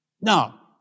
Now